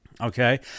Okay